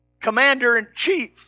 commander-in-chief